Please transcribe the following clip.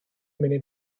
munud